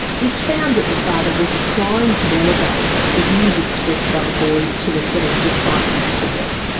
it found that the father was trying to elevate the views expressed by the boys to a sort of decisive status.